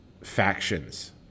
factions